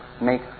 make